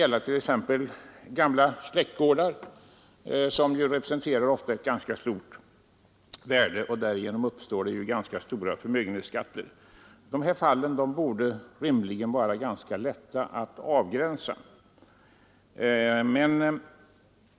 Kanske rör det sig om gamla släktgårdar, som ju ofta representerar ganska stort värde, och därigenom uppstår rätt höga förmögenhetsskatter. Sådana här fall borde rimligen vara ganska lätta att avgränsa.